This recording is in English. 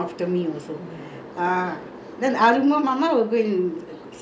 mm then typewriting class போமோது:pomothu then got one fellow come after me also